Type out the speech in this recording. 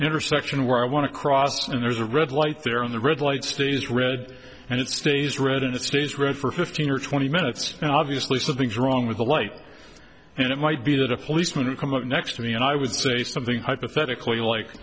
intersection where i want to cross in there's a red light there on the red light stays red and it stays red and it stays red for fifteen or twenty minutes and obviously something's wrong with the light and it might be that a policeman come up next to me and i would say something hypothetically like